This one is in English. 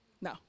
No